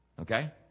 Okay